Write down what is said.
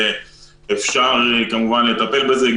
ואפשר כמובן לטפל בזה.